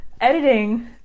editing